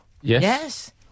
Yes